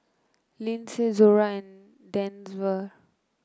Lindsey Zora and Denver